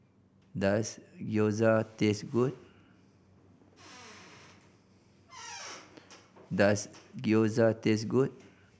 does Gyoza taste good does Gyoza taste good